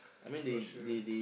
not sure